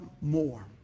more